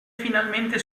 finalmente